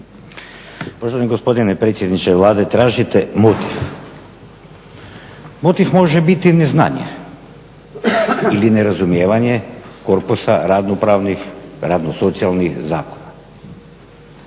Uvaženi gospodine predsjedniče Vlade tražite motiv. Motiv može biti neznanje ili nerazumijevanje korpusa radno-pravnih, radno-socijalnih zakona.